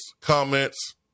comments